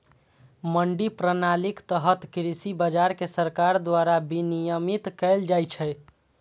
मंडी प्रणालीक तहत कृषि बाजार कें सरकार द्वारा विनियमित कैल जाइ छै